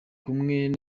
kumwe